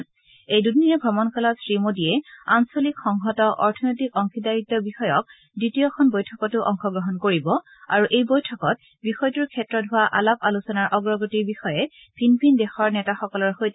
নিজৰ এই দুদিনীয়া ভ্ৰমণকালত শ্ৰীমোদীয়ে আঞ্চলিক সংহত অৰ্থনৈতিক অংশীদাৰিত্ব বিষয়ক দ্বিতীয়খন বৈঠকতো অংশগ্ৰহণ কৰিব আৰু এই বৈঠকত বিষয়টোৰ ক্ষেত্ৰত হোৱা আলাপ আলোচনাৰ অগ্ৰগতিৰ বিষয়ে ভিন ভিন দেশৰ নেতাসকলে পৰ্যালোচনা কৰিব